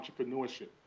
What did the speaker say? entrepreneurship